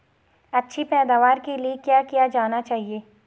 अच्छी पैदावार के लिए क्या किया जाना चाहिए?